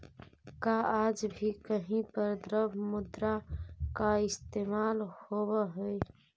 का आज भी कहीं पर द्रव्य मुद्रा का इस्तेमाल होवअ हई?